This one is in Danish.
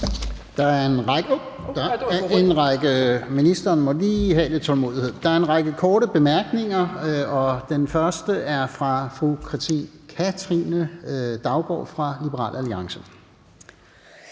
Der er en række korte bemærkninger, og den første er fra fru Katrine Daugaard fra Liberal Alliance.